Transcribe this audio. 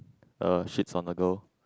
uh shits on the girl